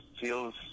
feels